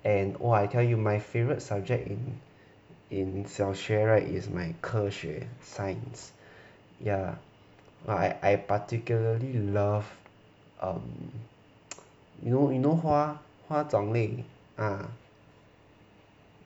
and oh I tell you my favourite subject in in 小学 [right] is my 科学 science ya !wah! I I particularly love um you know you know 花花种林